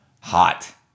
Hot